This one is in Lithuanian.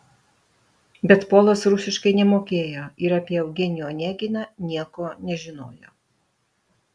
bet polas rusiškai nemokėjo ir apie eugenijų oneginą nieko nežinojo